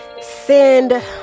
send